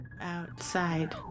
Outside